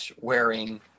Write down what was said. wearing